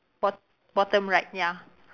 bot~ bottom right ya